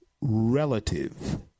relative